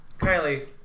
Kylie